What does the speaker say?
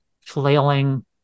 flailing